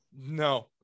No